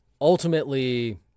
ultimately